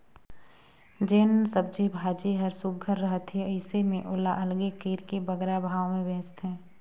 जेन सब्जी भाजी हर सुग्घर रहथे अइसे में ओला अलगे कइर के बगरा भाव में बेंचथें